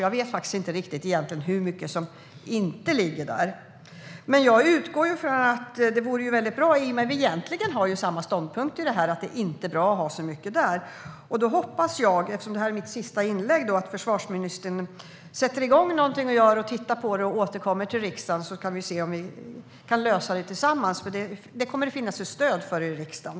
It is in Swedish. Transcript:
Jag vet faktiskt inte hur mycket som inte ligger där. Egentligen har vi väl samma ståndpunkt, och det är att det inte är bra att ha så mycket där. Jag hoppas därför att försvarsministern tittar på detta och återkommer till riksdagen så att vi kan lösa det tillsammans. Det kommer att finnas stöd för det i riksdagen.